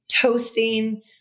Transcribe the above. toasting